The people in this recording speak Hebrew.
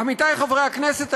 עמיתי חברי הכנסת,